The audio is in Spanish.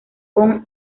con